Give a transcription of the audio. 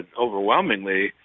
overwhelmingly